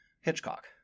Hitchcock